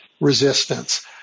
resistance